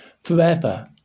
forever